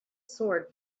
sword